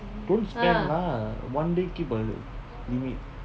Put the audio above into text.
don't spend lah one day keep a limit